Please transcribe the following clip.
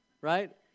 right